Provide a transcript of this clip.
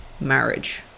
marriage